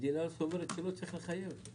המדינה סבורה שלא צריך לחייב.